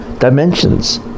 dimensions